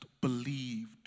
believed